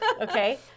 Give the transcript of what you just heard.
Okay